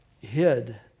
hid